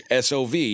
SOV